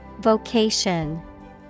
Vocation